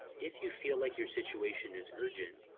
if you feel like your situation is urgent,